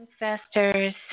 Ancestors